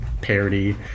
parody